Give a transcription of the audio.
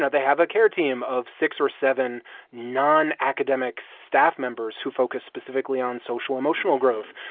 ah they have a care team of six or seven non-academic staff members who focus specifically on social-emotional growth,